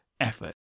effort